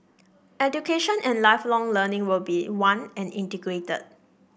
Education and Lifelong Learning will be one and integrated